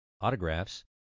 autographs